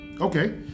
Okay